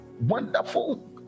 Wonderful